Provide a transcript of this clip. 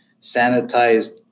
sanitized